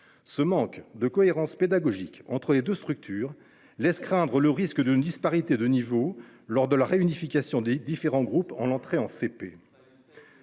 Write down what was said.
Ce manque de cohérence pédagogique entre les deux structures laisse craindre une disparité de niveaux lors de la réunification des différents groupes à l’entrée au CP.